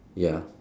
ya